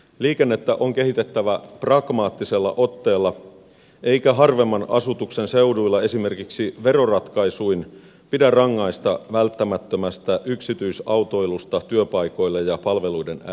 liikennettä on kehitettävä pragmaattisella otteella eikä harvemman asutuksen seuduilla esimerkiksi veroratkaisuin pidä rangaista välttämättömästä yksityisautoilusta työpaikoille ja palveluiden ääreen